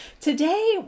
today